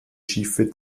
schiffe